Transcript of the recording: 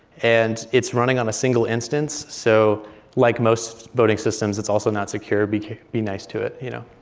and it's running on a single instance, so like most voting systems, it's also not secure. be be nice to it. you know.